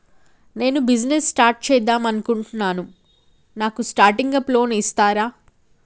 నేను business start చేద్దామనుకుంటున్నాను నాకు స్టార్టింగ్ అప్ లోన్ ఇస్తారా?